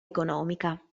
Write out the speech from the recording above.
economica